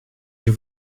die